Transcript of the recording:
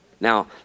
Now